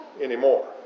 anymore